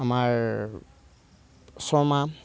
আমাৰ শৰ্মা